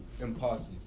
impossible